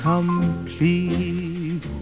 Complete